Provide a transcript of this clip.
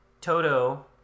Toto